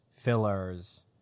fillers